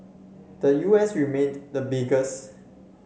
the U S remained the biggest